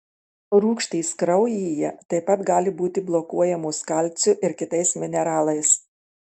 rūgštys kraujyje taip pat gali būti blokuojamos kalciu ir kitais mineralais